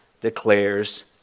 declares